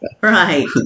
Right